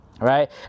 right